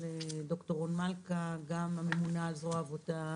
המנכ"ל, ד"ר רון מלכא, גם הממונה על זרוע העבודה,